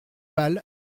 bal